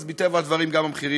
אז מטבע הדברים גם המחירים